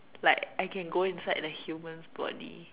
like I can go inside the human's body